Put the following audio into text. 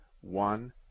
One